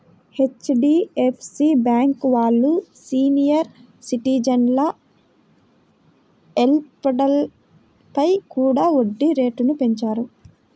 HDFC bank వాళ్ళు senior సిటిజన్ల ఎఫ్డీలపై కూడా వడ్డీ రేట్లను పెంచారు